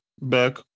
back